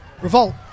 Revolt